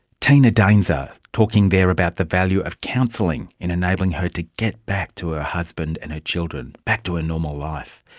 tina daenzer, talking about the value of counselling in enabling her to get back to her husband and her children, back to a normal life.